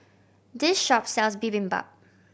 this shop sells Bibimbap